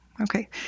Okay